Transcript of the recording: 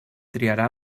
triarà